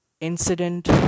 incident